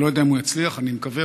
אני לא יודע אם הוא יצליח, אני מקווה.